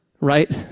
right